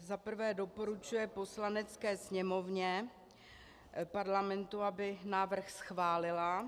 I. doporučuje Poslanecké sněmovně Parlamentu, aby návrh schválila,